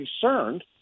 concerned